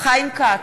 חיים כץ,